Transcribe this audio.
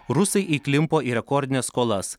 rusai įklimpo į rekordines skolas